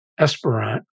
Esperant